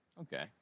Okay